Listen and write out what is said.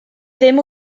ddim